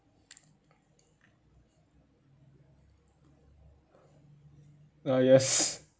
ah yes